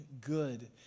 good